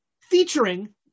featuring